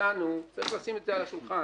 שהצענו צריך לשים את זה על השולחן